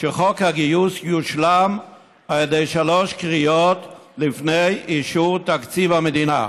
שחוק הגיוס יושלם על ידי שלוש קריאות לפני אישור תקציב המדינה.